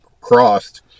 crossed